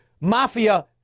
mafia